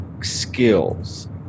skills